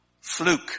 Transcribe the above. fluke